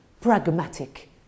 pragmatic